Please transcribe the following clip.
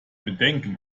bedenken